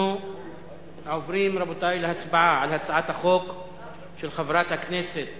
אנחנו עוברים להצבעה על הצעת החוק של חברת הכנסת